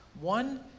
One